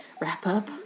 wrap-up